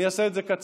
אני אעשה את זה קצר.